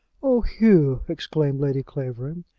oh, hugh! exclaimed lady clavering.